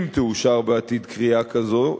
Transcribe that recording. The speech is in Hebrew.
אם תאושר בעתיד כרייה כזאת,